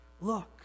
look